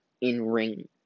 in-ring